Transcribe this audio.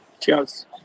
Cheers